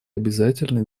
обязательной